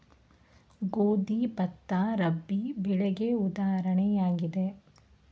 ಗೋಧಿ, ಭತ್ತ, ರಾಬಿ ಬೆಳೆಗೆ ಉದಾಹರಣೆಯಾಗಿದೆ